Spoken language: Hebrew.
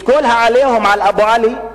כל ה"עליהום" על אבו עלי,